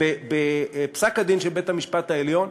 בפסק-הדין של בית-המשפט העליון,